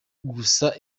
gusa